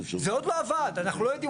זה עוד לא עבד, אנחנו לא יודעים.